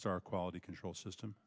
star quality control system